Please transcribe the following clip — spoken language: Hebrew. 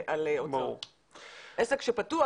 עסק שפתוח,